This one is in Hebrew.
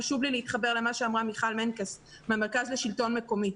חשוב לי להתחבר אל מה שאמרה מיכל מנקס ממרכז השלטון המקומי.